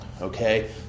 okay